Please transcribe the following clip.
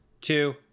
two